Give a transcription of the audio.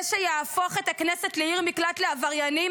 זה שיהפוך את הכנסת לעיר מקלט לעבריינים,